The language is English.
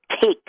take